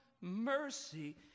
mercy